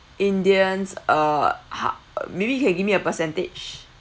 indians uh ho~ maybe you can give me a percentage